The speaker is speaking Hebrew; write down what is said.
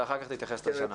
ואחר כך תתייחס לשנה הקרובה.